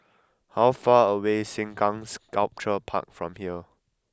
how far away is Sengkang Sculpture Park from here